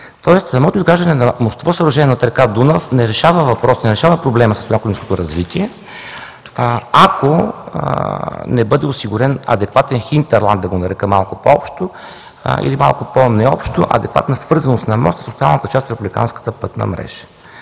Тоест, самото изграждане на мостово съоръжение над река Дунав не решава проблема със социално-икономическото развитие, ако не бъде осигурен адекватен хинтерланд – да го нарека малко по-общо, или малко по-необщо, адекватна свързаност на моста с останалата част на републиканската пътна мрежа.